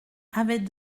avait